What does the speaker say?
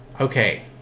Okay